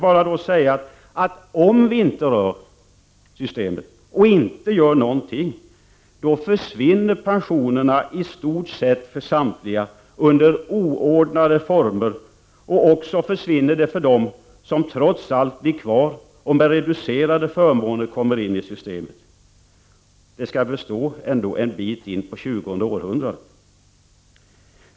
Men om vi inte rör systemet och inte gör någonting, då försvinner pensionerna i stort sett för samtliga under oordnade former. De försvinner också för dem som trots allt blir kvar och med reducerade förmåner kommer in i systemet. Det skall ändå bestå en bit in på 20:e århundradet.